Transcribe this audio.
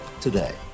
today